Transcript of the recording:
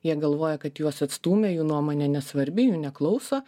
jie galvoja kad juos atstūmė jų nuomonė nesvarbi jų neklauso